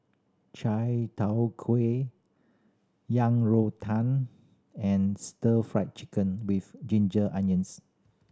Chai Tow Kuay Yang Rou Tang and Stir Fry Chicken with ginger onions